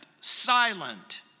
silent